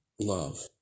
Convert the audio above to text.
love